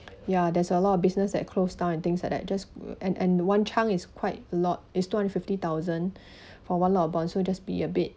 ya there's a lot of business that closed down and things like that just and and one chunk is quite a lot is two hundred fifty thousand for one lot of bonds so just be a bit